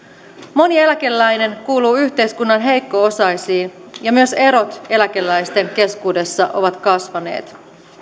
moni eläkeläinen kuuluu yhteiskunnan heikko osaisiin ja myös erot eläkeläisten keskuudessa ovat kasvaneet